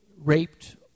raped